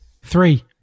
Three